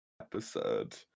episode